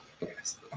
Yes